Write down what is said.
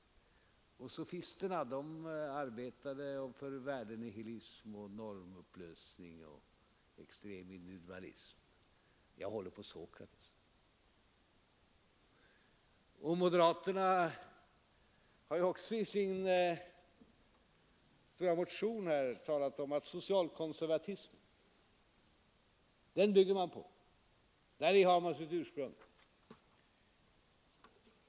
Sofismen ledde till värdenihilism, normupplösning och extrem individualism. Jag håller på Sokrates! Moderaterna har ju också i sin motion talat om att de bygger på socialkonservatismen — däri har de sitt ursprung.